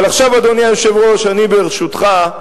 אבל עכשיו, אדוני היושב-ראש, אני, ברשותך,